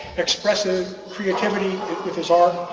expressing his creativity with his art,